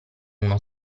uno